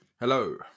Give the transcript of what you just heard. Hello